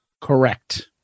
Correct